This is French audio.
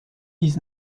dix